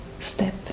Step